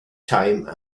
time